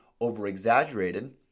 over-exaggerated